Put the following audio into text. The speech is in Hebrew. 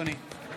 נגד